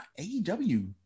AEW